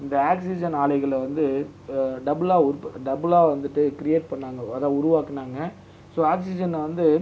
இந்த ஆக்சிஜன் ஆலைகளில் வந்து டபுளாக டபுளாக வந்துட்டு கிரியேட் பண்ணிணாங்க அதுதான் உருவாக்கினாங்க ஸோ ஆக்சிஜனை வந்து